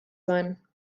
sein